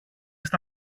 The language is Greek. στα